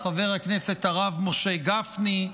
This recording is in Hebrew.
חבר הכנסת הרב משה גפני.